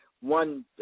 one